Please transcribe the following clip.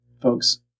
folks